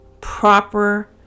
proper